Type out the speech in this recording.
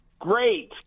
Great